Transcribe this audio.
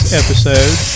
episode